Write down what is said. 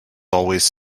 always